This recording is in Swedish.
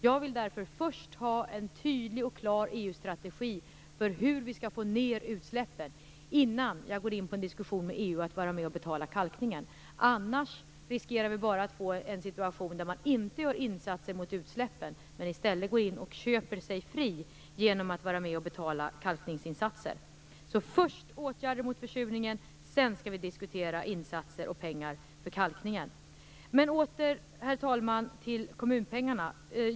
Jag vill därför först ha en tydlig och klar EU-strategi för hur vi skall få ned utsläppen innan jag går in i en diskussion med EU om att vara med och betala kalkningen. Annars riskerar vi att få en situation där man inte gör insatser mot utsläppen utan i stället går in och köper sig fri genom att vara med och betala kalkningsinsatser. Först skall vi har åtgärder mot försurningen, och sedan skall vi diskutera insatser och pengar för kalkningen. Herr talman! Låt mig återgå till kommunpengarna.